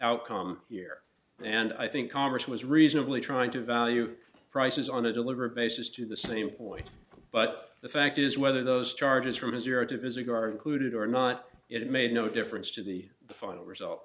outcome here and i think congress was reasonably trying to value prices on a delivery basis to the same point but the fact is whether those charges from a zero to visit are included or not it made no difference to the final result